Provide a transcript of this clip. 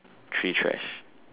three trash